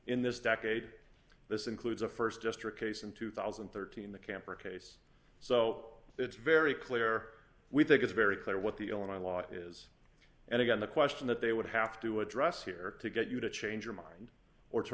in this decade this includes a st just your case in two thousand and thirteen the camper case so it's very clear we think it's very clear what the illinois law is and again the question that they would have to address here to get you to change your mind or to